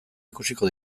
ikusiko